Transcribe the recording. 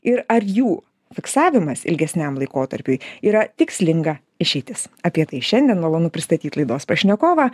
ir ar jų fiksavimas ilgesniam laikotarpiui yra tikslinga išeitis apie tai šiandien malonu pristatyt laidos pašnekovą